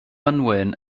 unwin